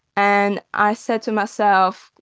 and i said to myself,